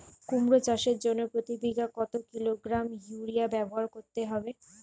কুমড়ো চাষের জন্য প্রতি বিঘা কত কিলোগ্রাম ইউরিয়া ব্যবহার করতে হবে?